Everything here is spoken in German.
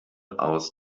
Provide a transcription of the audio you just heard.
aus